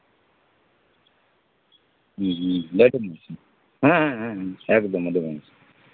ᱦᱩᱸ ᱦᱩᱸ ᱞᱟᱹᱭ ᱠᱟᱹᱫᱤᱧᱟᱢ ᱦᱮᱸ ᱦᱮᱸ ᱦᱮᱸ ᱮᱠᱫᱚᱢ ᱟᱹᱰᱤ ᱢᱚᱸᱡᱽ